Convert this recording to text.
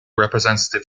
representative